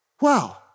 Wow